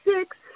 six